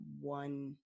one